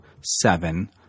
seven